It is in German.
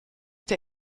der